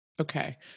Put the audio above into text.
Okay